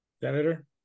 Senator